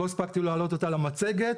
לא הספקתי להעלות אותה למצגת,